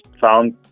found